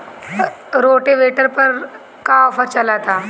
Rotavator पर का offer चलता?